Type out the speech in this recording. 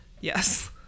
yes